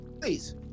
Please